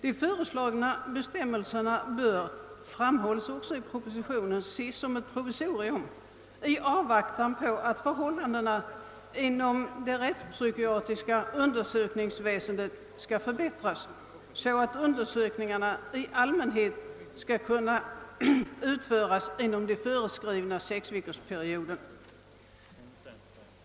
De föreslagna bestämmelserna bör, framhålles det också i propositionen, ses som ett provisorium i avvaktan på att förhållandena inom det rättspsykiatriska undersökningsväsendet förbättras. Undersökningarna skall i allmänhet kunna utföras under de föreskrivna sex veckorna.